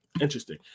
Interesting